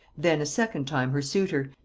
then a second time her suitor,